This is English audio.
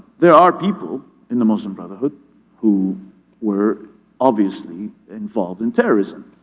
there are people in the muslim brotherhood who were obviously involved in terrorism.